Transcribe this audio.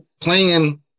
playing